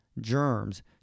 germs